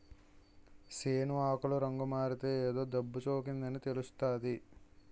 సేను ఆకులు రంగుమారితే ఏదో జబ్బుసోకిందని తెలుస్తాది